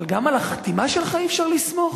אבל גם על החתימה שלך אי-אפשר לסמוך?